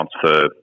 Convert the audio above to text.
transfer